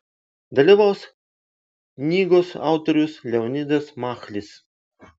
dalyvaus knygos autorius leonidas machlis